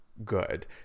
Good